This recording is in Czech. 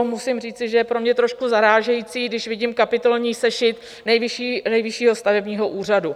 Musím říci, že je pro mě trošku zarážející, když vidím kapitolní sešit Nejvyššího stavebního úřadu.